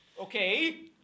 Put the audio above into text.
Okay